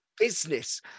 business